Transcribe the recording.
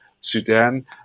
Sudan